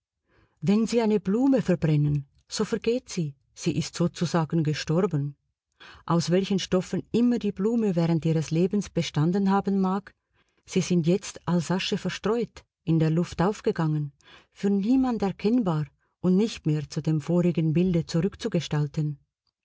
wenn sie eine blume verbrennen so vergeht sie sie ist sozusagen gestorben aus welchen stoffen immer die blume während ihres lebens bestanden haben mag sie sind jetzt als asche verstreut in der luft aufgegangen für niemand erkennbar und nicht mehr zu dem vorigen bilde zurückzugestalten